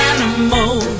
Animal